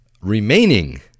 remaining